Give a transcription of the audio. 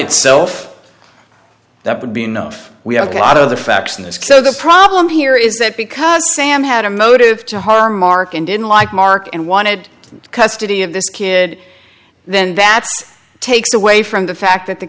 itself that would be enough we have a lot of the facts in this case the problem here is that because sam had a motive to harm mark and didn't like mark and wanted custody of this kid then that takes away from the fact that the